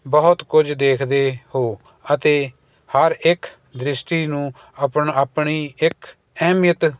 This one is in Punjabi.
ਬਹੁਤ ਕੁਝ ਦੇਖਦੇ ਹੋ ਅਤੇ ਹਰ ਇੱਕ ਦ੍ਰਿਸ਼ਟੀ ਨੂੰ ਆਪਣ ਆਪਣੀ ਇੱਕ ਅਹਿਮੀਅਤ